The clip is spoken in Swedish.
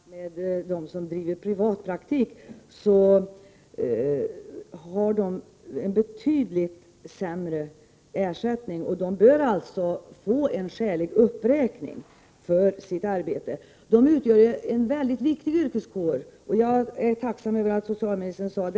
Herr talman! Jag kan delvis ha förståelse för detta. Men jag vill nämna en siffra som är viktig i sammanhanget. Om man jämför lönen för en anställd företagsgymnast med dem som driver privatpraktik, finner man att ersättningen är betydligt sämre för de privatpraktiserande. De bör alltså få en skälig uppräkning för sitt arbete. De utgör ju en mycket viktig yrkeskår. Jag är tacksam för att socialministern sade så.